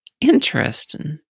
Interesting